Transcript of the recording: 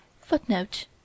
Footnote